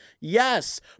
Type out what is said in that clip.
yes